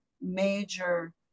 major